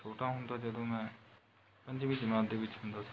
ਛੋਟਾ ਹੁੰਦਾ ਜਦੋਂ ਮੈਂ ਪੰਜਵੀਂ ਜਮਾਤ ਦੇ ਵਿੱਚ ਹੁੰਦਾ ਸੀ